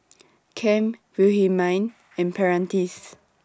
Cam Wilhelmine and Prentiss